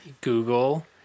Google